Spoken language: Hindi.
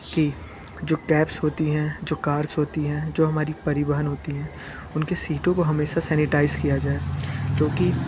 कि जो कैब्स होती हैं जो कार्स होती हैं जो हमारी परिवहन होती हैं उनकी सीटों को हमेशा सेनिटाइज़ किया जाए क्योंकि